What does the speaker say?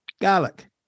garlic